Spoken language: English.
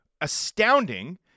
astounding